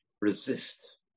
resist